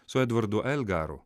su edvardu l garu